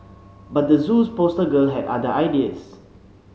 but the Zoo's poster girl had other ideas